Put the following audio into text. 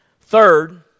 Third